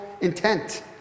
intent